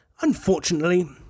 unfortunately